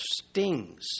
stings